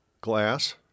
glass